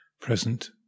present